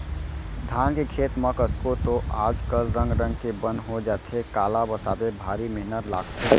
धान के खेत म कतको तो आज कल रंग रंग के बन हो जाथे काला बताबे भारी मेहनत लागथे